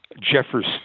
jeffers